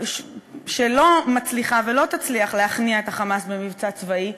שלא מצליחה ולא תצליח להכניע את ה"חמאס" במבצע צבאי,